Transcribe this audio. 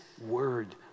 word